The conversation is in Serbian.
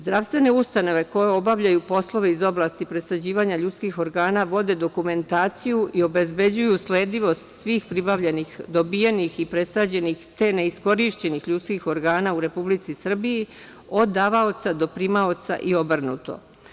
Zdravstvene ustanove koje obavljaju poslove iz oblasti presađivanja ljudskih organa vode dokumentaciju i obezbeđuju sledljivost svih pribavljenih dobijenih i presađenih, te neiskorišćenih ljudskih organa u Republici Srbiji od davaoca do primaoca, i obrnuto.